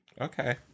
Okay